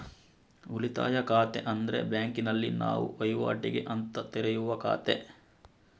ಉಳಿತಾಯ ಖಾತೆ ಅಂದ್ರೆ ಬ್ಯಾಂಕಿನಲ್ಲಿ ನಾವು ವೈವಾಟಿಗೆ ಅಂತ ತೆರೆಯುವ ಖಾತೆ